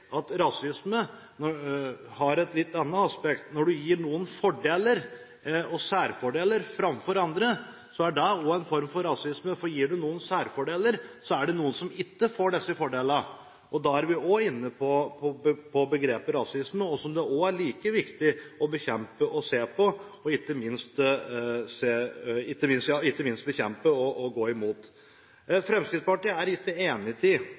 at rasisme har et litt annet aspekt. Når du gir noen fordeler og særfordeler framfor andre, er det også en form for rasisme, for gir du noen særfordeler, er det noen som ikke får disse fordelene. Da er vi også inne på begrepet «rasisme», og dette er det like viktig å bekjempe og ikke minst å gå imot. Fremskrittspartiet er ikke enig i det som flertallet i komiteen har sagt om et flerkulturelt samfunn. Ja, i Oslo har vi et flerkulturelt samfunn, i Drammen har vi et flerkulturelt samfunn, og i